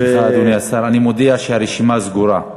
סליחה, אדוני השר, אני מודיע שהרשימה סגורה.